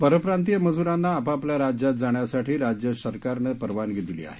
परप्रांतीय मजूरांना आपापल्या राज्यात जाण्यासाठी राज्य सरकारने परवानगी दिली आहे